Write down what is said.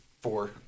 four